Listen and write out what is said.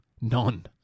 None